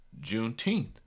Juneteenth